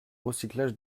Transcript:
recyclage